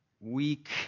weak